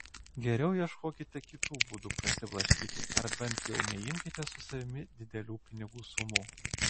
geriau ieškokite kitų būdų prasiblaškyti ar bent jau neimkite su savimi didelių pinigų sumų